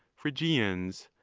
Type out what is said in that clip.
phrygians,